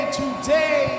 today